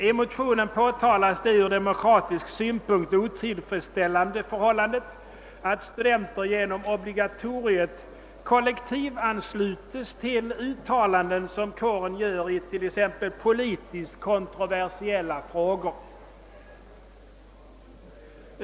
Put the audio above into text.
I motionen påtalas det ur demokratisk synpunkt otillfredsställande förhållandet, att studenter genom obligatoriet kollektivansluts till uttalanden som kåren gör it.ex. politiskt kontroversiella frågor.